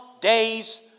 days